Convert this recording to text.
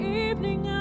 evening